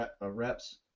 reps